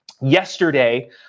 yesterday